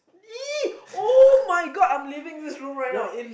!ee! [oh]-my-God I'm leaving this room right now